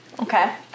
Okay